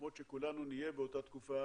למרות שכולנו נהיה באותה תקופה,